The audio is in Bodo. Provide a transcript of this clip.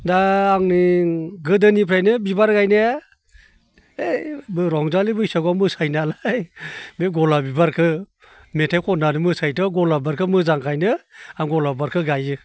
दा आंनि गोदोनिफ्रायनो बिबार गायनाया ओइ रंजालि बैसागोआव मोसायो नालाय बे गलाब बिबारखो मेथाइ खननानै मोसायोथ' गलाब बिबारखो मोजांखायनो आं गलाब बिबारखो गायो